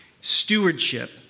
stewardship